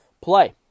play